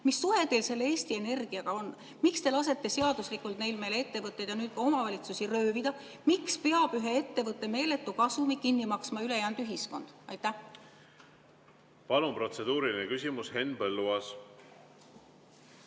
Mis suhe teil selle Eesti Energiaga on? Miks te lasete seaduslikult neil meie ettevõtteid ja omavalitsusi röövida? Miks peab ühe ettevõtte meeletu kasumi kinni maksma ülejäänud ühiskond? Palun, protseduuriline küsimus, Henn Põlluaas!